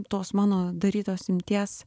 tos mano darytos imties